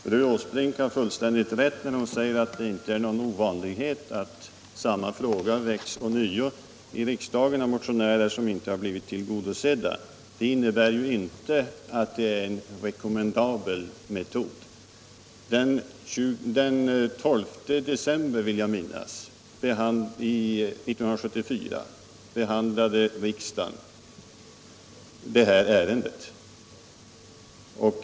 Fru Åsbrink har fullständigt rätt när hon säger att det inte är någon ovanlighet att samma fråga väcks ånyo i riksdagen av motionärer som inte har blivit tillgodosedda. Det innebär ju inte att det är en rekommendabel metod. Den 12 december förra året behandlade riksdagen detta ärende.